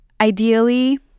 Ideally